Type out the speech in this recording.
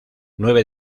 nueve